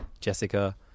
Jessica